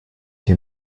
hier